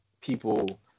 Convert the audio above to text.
people